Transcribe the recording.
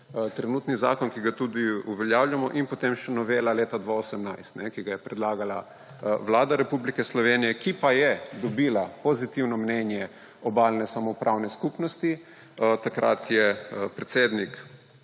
trenutni zakon, ki ga tudi uveljavljamo. In potem še novela leta 2018, ki jo je predlagala Vlada Republike Slovenije, ki pa je dobila pozitivno mnenje Obalne samoupravne skupnosti. Takrat je predsednik